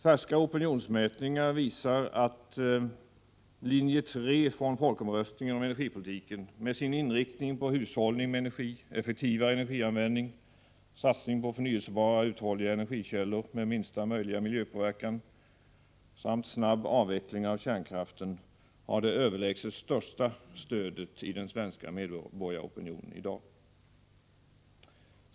Färska opinionsmätningar visar att linje 3 från folkomröstningen om energipolitiken, med inriktning på hushållning med energi, effektivare energianvändning, satsning på förnyelsebara och uthålliga energikällor med minsta möjliga miljöpåverkan samt snabb avveckling av kärnkraften, har överlägset största stödet i den svenska medborgaropinionen i dag.